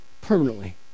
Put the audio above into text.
permanently